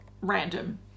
random